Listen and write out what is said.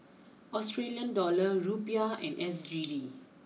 Australia dollar Rupiah and S G D